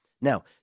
Now